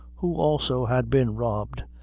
who also had been robbed,